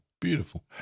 Beautiful